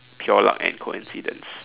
pure luck and coincidence